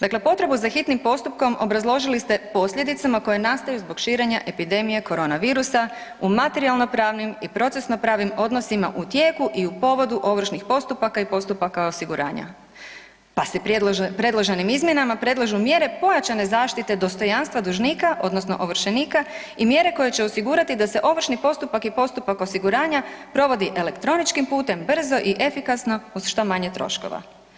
Dakle potrebu za hitnim postupkom obrazložili ste posljedicama koje nastaju zbog širenja epidemije korona virusa u materijalno-pravnim i procesno-pravnim odnosima u tijeku i u povodu ovršnih postupaka i postupaka osiguranja pa se predloženim izmjenama predlažu mjere pojačane zaštite dostojanstva dužnika odnosno ovršenika i mjere koje će osigurati da se ovršni postupak i postupak osiguranja provodi elektroničkim putem brzo i efikasno uz što manje troškova.